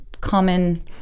common